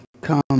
come